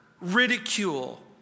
ridicule